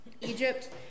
Egypt